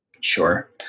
Sure